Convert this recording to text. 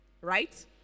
right